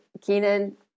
Keenan